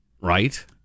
right